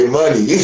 money